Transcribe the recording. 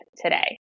today